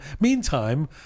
Meantime